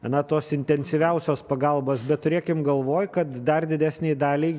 na tos intensyviausios pagalbos bet turėkim galvoj kad dar didesnei daliai